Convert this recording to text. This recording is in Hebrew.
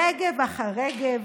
/ רגב אחר רגב,